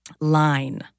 line